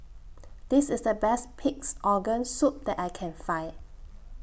This IS The Best Pig'S Organ Soup that I Can Find